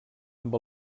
amb